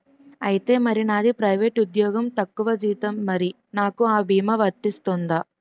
ఐతే మరి నాది ప్రైవేట్ ఉద్యోగం తక్కువ జీతం మరి నాకు అ భీమా వర్తిస్తుందా?